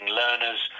learners